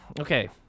Okay